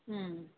ꯎꯝ